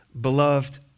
Beloved